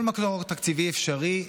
כל מקור תקציבי אפשרי.